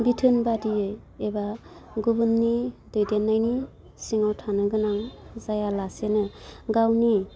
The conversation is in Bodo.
बिथोन बायदियै एबा गुबुननि दैदेननायनि सिङाव थानो गोनां जायालासिनो गावनि